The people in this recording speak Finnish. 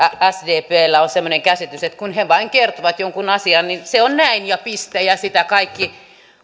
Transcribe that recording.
sdpllä on semmoinen käsitys että kun he vain kertovat jonkun asian niin se on näin ja piste ja ja sitä kaikki